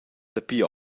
dapi